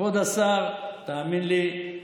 כבוד השר, תאמין לי,